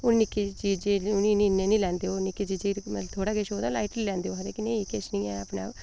ओह् निक्की चीजै गी ओह् इन्नी निं लैंदे ओह् थोह्ड़ा किश होऐ ते ओह् लाईटली लैंदे ओह् आखदे किश निं ऐ